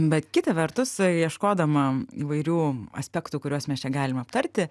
bet kita vertus ieškodama įvairių aspektų kuriuos mes čia galim aptarti